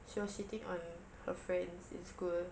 she was shitting on her friends in school